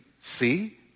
see